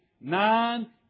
nine